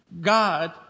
God